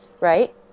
right